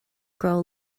grow